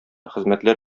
хезмәтләр